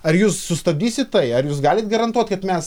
ar jūs sustabdysit tai ar jūs galit garantuot kad mes